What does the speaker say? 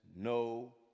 no